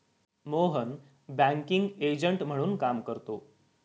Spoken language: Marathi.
मोहन बँकिंग एजंट म्हणून काम करतो